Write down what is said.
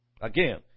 Again